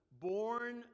born